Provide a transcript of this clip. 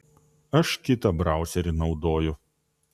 aš kitą brauserį naudoju